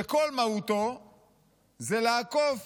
שכל מהותו היא לעקוף